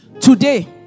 Today